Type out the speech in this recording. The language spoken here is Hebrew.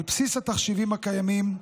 על בסיס התחשיבים הקיימים,